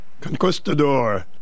Conquistador